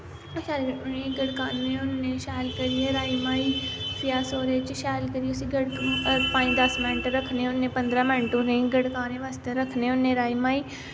शैल उनें गड़काने होने शैल करियै राजमाहें फ्ही अल ओह्दे च शैल करियै पंज दस मैन्ट रक्खने होने पंदरां मैन्ट उनेंई गड़कानै बास्तै रक्खने होने राजमाहें